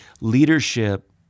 leadership